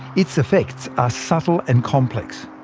its effects are subtle and complex,